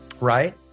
right